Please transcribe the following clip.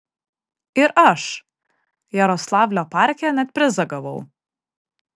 ir aš jaroslavlio parke net prizą gavau